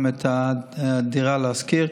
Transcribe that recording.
גם דירה להשכיר,